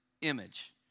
image